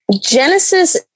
Genesis